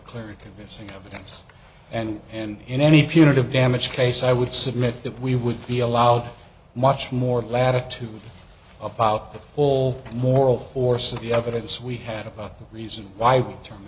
and convincing evidence and and in any punitive damage case i would submit that we would be allowed much more latitude about the full moral force of the evidence we had about the reason why we term